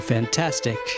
Fantastic